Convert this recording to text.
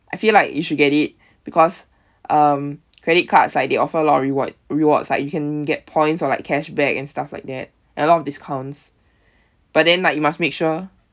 I feel like you should get it because um credit cards like they offer a lot of reward rewards like you can get points or like cashback and stuff like that and a lot of discounts but then like you must make sure